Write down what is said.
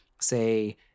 say